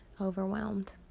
overwhelmed